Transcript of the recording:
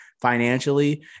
financially